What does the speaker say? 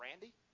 Randy